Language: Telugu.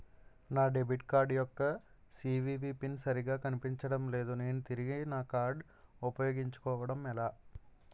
నా డెబిట్ కార్డ్ యెక్క సీ.వి.వి పిన్ సరిగా కనిపించడం లేదు నేను తిరిగి నా కార్డ్ఉ పయోగించుకోవడం ఎలా?